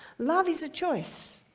love is a choice,